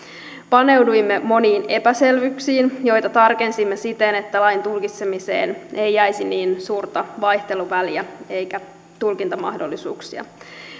paneuduimme moniin epäselvyyksiin joita tarkensimme siten että lain tulkitsemiseen ei jäisi niin suurta vaihteluväliä eikä tulkintamahdollisuuksia